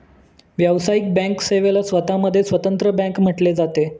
व्यावसायिक बँक सेवेला स्वतः मध्ये स्वतंत्र बँक म्हटले जाते